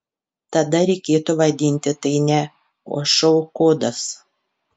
tada reikėtų vadinti tai ne o šou kodas